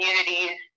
communities